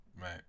Right